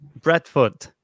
Bradford